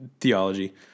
theology